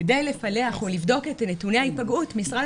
כדי לפלח או לבדוק את נתוני ההיפגעות משרד